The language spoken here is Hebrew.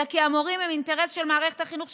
אלא כי המורים הם אינטרס של מערכת החינוך,